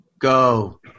Go